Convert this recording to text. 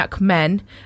men